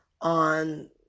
on